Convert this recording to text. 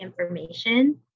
information